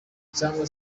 cyangwa